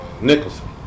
Nicholson